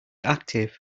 active